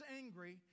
angry